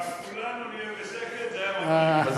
ה"כולנו נהיה בשקט" היה מבריק.